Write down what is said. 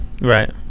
Right